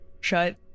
shut